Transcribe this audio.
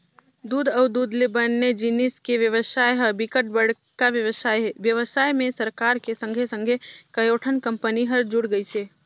दूद अउ दूद ले बने जिनिस के बेवसाय ह बिकट बड़का बेवसाय हे, बेवसाय में सरकार के संघे संघे कयोठन कंपनी हर जुड़ गइसे